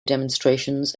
demonstrations